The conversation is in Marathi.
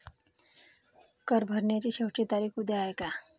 कर भरण्याची शेवटची तारीख उद्या आहे